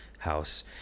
house